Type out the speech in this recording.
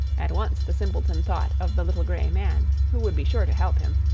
at once the simpleton thought of the little grey man, who would be sure to help him,